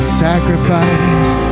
sacrifice